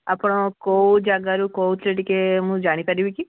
ଆପଣ କେଉଁ ଜାଗାରୁ କହୁଥିଲେ ଟିକେ ମୁଁ ଜାଣିପାରିବି କି